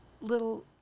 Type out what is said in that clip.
little